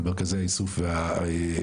על מרכזי האיסוף והמיון.